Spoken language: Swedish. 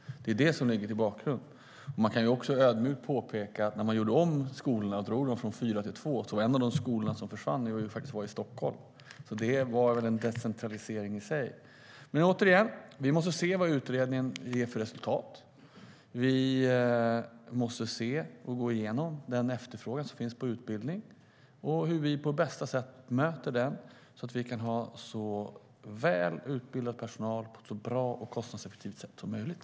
Det är det som är bakgrunden. Man kan också ödmjukt påpeka att när antalet skolor drogs ned från fyra till två var skolan i Stockholm en av dem som försvann. Det var väl en decentralisering i sig. Återigen: Vi måste se vad utredningen ger för resultat. Vi måste se över den efterfrågan som finns på utbildning och hur vi på bästa sätt möter den, så att man kan ha en så väl utbildad personal som möjligt och bedriva verksamheten på ett så kostnadseffektivt sätt som möjligt.